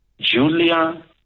Julia